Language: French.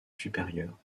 supérieure